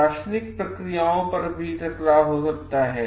प्रशासनिक प्रक्रियाओं पर भी टकराव हो सकता है